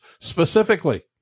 specifically